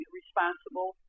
responsible